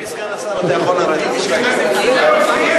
אדוני סגן השר, אתה יכול לרדת.